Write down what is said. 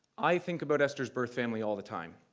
i think about esther's birth family all the time.